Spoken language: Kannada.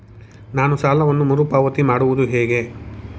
ನಾನು ಸಾಲವನ್ನು ಮರುಪಾವತಿ ಮಾಡುವುದು ಹೇಗೆ?